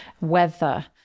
weather